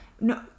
No